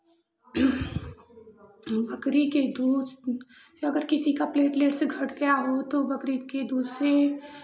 बकरी के दूध से अगर किसी का प्लेटलेट्स घट गया हो तो बकरी के दूध से